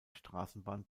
straßenbahn